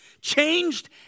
changed